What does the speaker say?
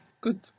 Good